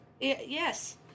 Yes